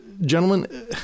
gentlemen